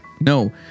No